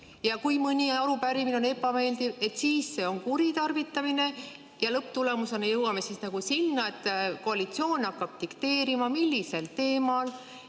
et kui mõni arupärimine on ebameeldiv, siis see on kuritarvitamine? Lõpptulemusena jõuame sinnani, et koalitsioon hakkab dikteerima, millisel teemal